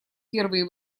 первые